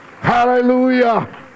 Hallelujah